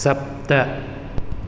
सप्त